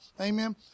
Amen